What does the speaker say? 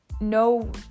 no